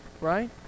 right